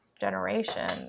generation